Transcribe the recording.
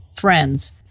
Friends